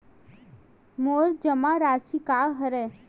मोर जमा राशि का हरय?